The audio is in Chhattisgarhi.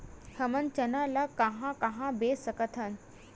हमन चना ल कहां कहा बेच सकथन?